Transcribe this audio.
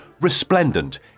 resplendent